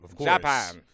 Japan